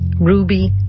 Ruby